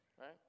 Right